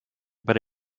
but